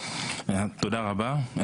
תודה רבה.